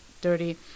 dirty